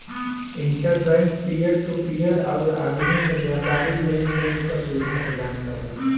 inter bank peer to peer आउर आदमी से व्यापारी लेन देन क सुविधा प्रदान करला